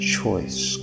choice